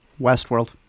Westworld